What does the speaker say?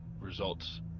results